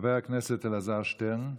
חבר הכנסת אלעזר שטרן,